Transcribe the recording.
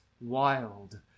wild